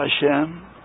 Hashem